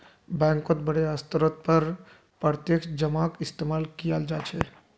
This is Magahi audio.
बैंकत बडे स्तरेर पर प्रत्यक्ष जमाक इस्तेमाल कियाल जा छे